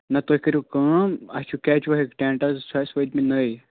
نہَ تُہۍ کٔرِو کٲم اَسہِ چھِ کیچواہٕکۍ ٹٮ۪نٛٹ حظ چھِ اَسہِ وٲتۍمٕتۍ نٔے